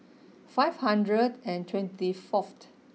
five hundred and twenty fourth